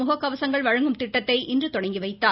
ழக கவசங்கள் வழங்கும் திட்டத்தை இன்று தொடங்கி வைத்தார்